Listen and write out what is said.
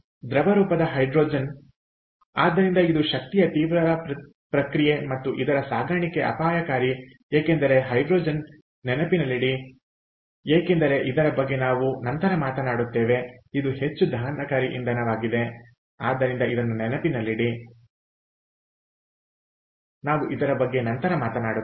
ದ್ರವರೂಪದ ಹೈಡ್ರೋಜನ್ ಆದ್ದರಿಂದ ಇದು ಶಕ್ತಿಯ ತೀವ್ರ ಪ್ರಕ್ರಿಯೆ ಮತ್ತು ಇದರ ಸಾಗಾಣಿಕೆ ಅಪಾಯಕಾರಿ ಏಕೆಂದರೆ ಹೈಡ್ರೋಜನ್ ಮತ್ತೆ ನೆನಪಿನಲ್ಲಿಡಿ ಏಕೆಂದರೆ ಇದರ ಬಗ್ಗೆ ನಾವು ನಂತರ ಮಾತನಾಡುತ್ತೇವೆ ಇದು ಹೆಚ್ಚು ದಹನಕಾರಿ ಇಂಧನ ಆಗಿದೆ